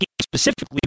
specifically